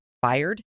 fired